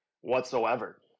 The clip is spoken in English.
whatsoever